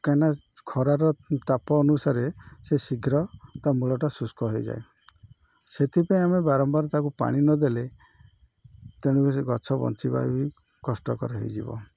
କାହିଁକିନା ଖରାର ତାପ ଅନୁସାରେ ସେ ଶୀଘ୍ର ତା ମୂଳଟା ଶୁଷ୍କ ହୋଇଯାଏ ସେଥିପାଇଁ ଆମେ ବାରମ୍ବାର ତାକୁ ପାଣି ନଦେଲେ ତେଣୁ ସେ ଗଛ ବଞ୍ଚିବା ବି କଷ୍ଟକର ହୋଇଯିବ